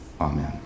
Amen